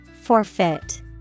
Forfeit